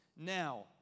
now